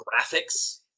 graphics